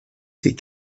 des